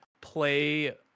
play